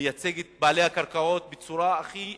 שמייצג את בעלי הקרקעות בצורה הכי אמינה,